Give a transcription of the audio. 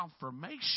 confirmation